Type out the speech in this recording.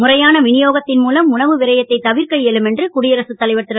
முறையான வினியோகத்தின் மூலம் உணவு விரயத்தைத் தவிர்க்க இயலும் என்று குடியரசுத் தலைவர் திரு